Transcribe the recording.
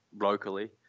locally